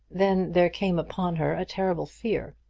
then there came upon her a terrible fear.